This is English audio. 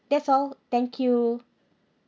that's all thank you